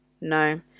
No